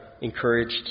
encouraged